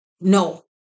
no